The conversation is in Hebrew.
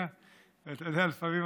באופוזיציה ואתה יודע, לפעמים,